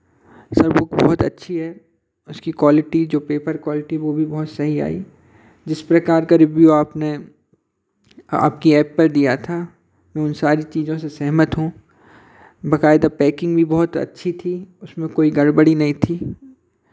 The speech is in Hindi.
सर बुक बहुत अच्छी है उसकी क्वालिटी जो पेपर क्वालिटी वो भी बहुत सही आई जिस प्रकार का रिव्यू आपने आपकी एप पर दिया था उन सारी चीज़ों से सहमत हूँ बकायदा पैकिंग भी बहुत अच्छी थी उसमें कोई गड़बड़ी नहीं थी